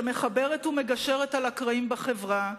שמחברת ומגשרת על הקרעים בחברה,